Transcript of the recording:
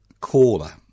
caller